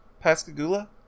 Pascagoula